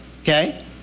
Okay